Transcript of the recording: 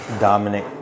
Dominic